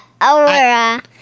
Aurora